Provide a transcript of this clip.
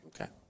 Okay